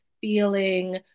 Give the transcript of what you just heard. feeling